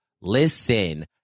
listen